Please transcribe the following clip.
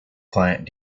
client